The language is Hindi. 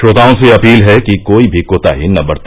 श्रोताओं से अपील है कि कोई भी कोताही न बरते